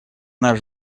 наш